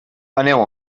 aneu